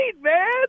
man